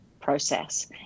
process